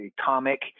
comic